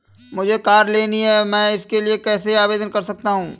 मुझे कार लेनी है मैं इसके लिए कैसे आवेदन कर सकता हूँ?